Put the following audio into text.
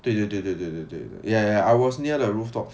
对对对对对对对 ya I was near the rooftop